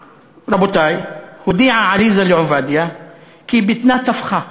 רבותי, הודיעה עליזה לעובדיה כי בטנה תפחה.